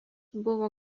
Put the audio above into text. buvo